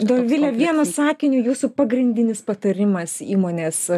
dovile vienu sakiniu jūsų pagrindinis patarimas įmonės